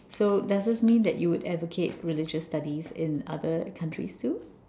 so does this mean that you would advocate religious studies in other countries too